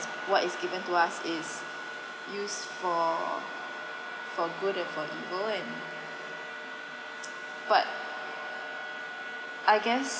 what is given to us is use for for good and for evil and but I guess